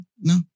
No